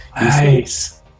Nice